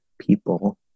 people